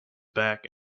back